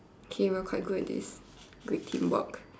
okay we are quite good at this great teamwork